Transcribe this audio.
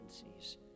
tendencies